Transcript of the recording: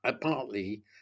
partly